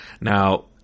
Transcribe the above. Now